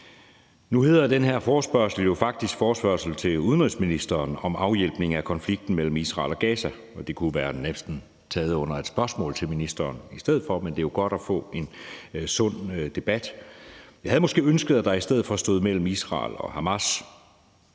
Nu hedder den her forespørgsel jo faktisk forespørgsel til udenrigsministeren om afhjælpning af konflikten mellem Israel og Gaza, og det kunne næsten være taget under et spørgsmål til ministeren i stedet for, men det er jo godt at få en sund debat. Jeg havde måske ønsket, at der i stedet for stod mellem Israel og Hamas,